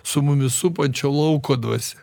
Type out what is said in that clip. su mumis supančio lauko dvasia